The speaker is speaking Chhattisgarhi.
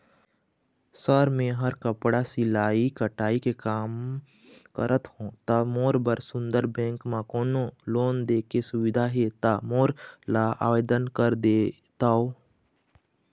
सर मेहर कपड़ा सिलाई कटाई के कमा करत हों ता मोर बर तुंहर बैंक म कोन्हों लोन दे के सुविधा हे ता मोर ला आवेदन कर देतव?